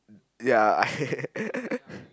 ya I